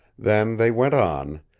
then they went on,